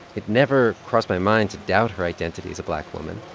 it never crossed my mind to doubt her identity as a black woman.